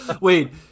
Wait